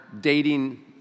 dating